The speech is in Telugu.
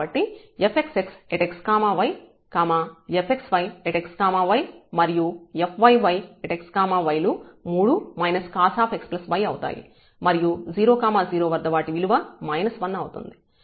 కాబట్టి fxxx y fxyx yమరియు fyyx y లు మూడూ cosx y అవుతాయి మరియు 0 0 వద్ద వాటి విలువ 1 అవుతుంది